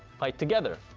fight together.